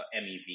MEV